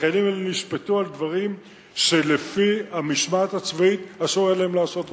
אחרים נשפטו על דברים שלפי המשמעת הצבאית אסור היה להם לעשות אותם,